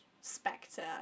Spectre